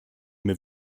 mir